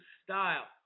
style